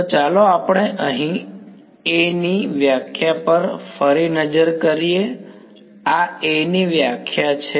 તો ચાલો આપણે અહીં A ની વ્યાખ્યા પર ફરી નજર કરીએ આ A ની વ્યાખ્યા છે